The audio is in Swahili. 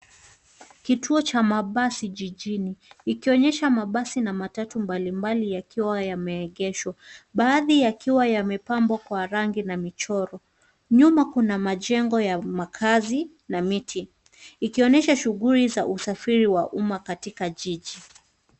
Kituo cha mabasi jijini, ikionyesha mabasi na matatu mbalimbali yakiwa yameegeshwa, baadhi yakiwa yamepambwa kwa rangi na michoro. Nyuma kuna majengo ya makaazi na miti, ikionyesha shughuli za usafiri wa umma katika jiji.